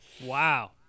Wow